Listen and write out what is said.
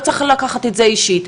לא צריך לקחת את זה אישית,